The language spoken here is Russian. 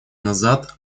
назад